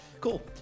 Cool